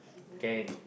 can